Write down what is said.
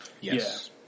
Yes